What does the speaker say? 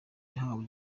yahawe